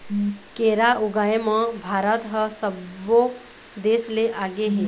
केरा ऊगाए म भारत ह सब्बो देस ले आगे हे